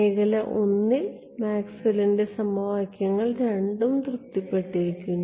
മേഖല I ൽ മാക്സ്വെല്ലിന്റെ സമവാക്യങ്ങൾ രണ്ടും തൃപ്തിപ്പെട്ടിരിക്കുന്നു